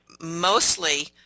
mostly